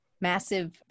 massive